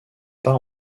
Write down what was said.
pas